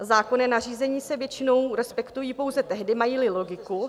Zákonná nařízení se většinou respektují pouze tehdy, majíli logiku.